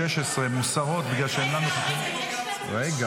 16 מוסרות בגלל --- רגע,